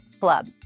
club